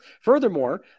Furthermore